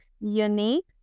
unique